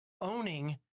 owning